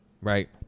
Right